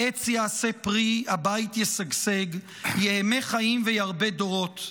העץ יעשה פרי, הבית ישגשג, יהמה חיים וירבה דורות.